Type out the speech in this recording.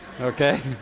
okay